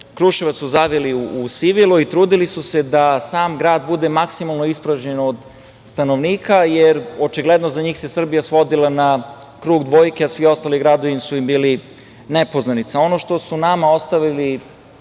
Kruševac su zavili u sivilo i trudili su se da sam grad bude maksimalno ispražnjen od stanovnika, jer očigledno za njih se Srbija svodila na krug dvojke, a svi ostali gradovi su im bili nepoznanica. Ono što su nama ostavili